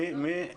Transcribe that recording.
מי מדבר?